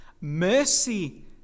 Mercy